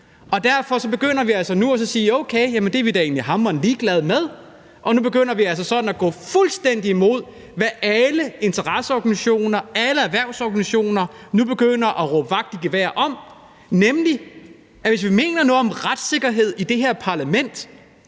kunder. Nu begynder vi altså at sige: Okay, det er vi da egentlig hamrende ligeglade med. Og nu begynder vi sådan at gå fuldstændig imod, hvad alle interesseorganisationer, alle erhvervsorganisationer nu begynder at råbe vagt i gevær om, nemlig at hvis vi mener noget om retssikkerhed i det her parlament,